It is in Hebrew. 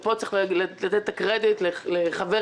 פה צריך לתת את הקרדיט לחבר